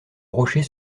rocher